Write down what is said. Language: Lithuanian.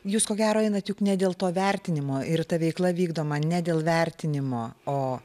jūs ko gero einat juk ne dėl to vertinimo ir ta veikla vykdoma ne dėl vertinimo o